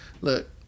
look